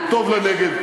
והוא טוב לנגב,